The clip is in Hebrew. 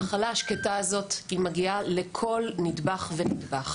המחלה השקטה הזאת מגיעה לכל נדבך ונדבך.